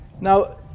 Now